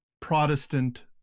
protestant